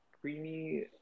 creamy